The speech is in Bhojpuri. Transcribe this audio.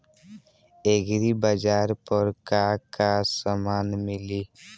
एग्रीबाजार पर का का समान मिली?